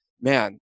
man